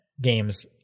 games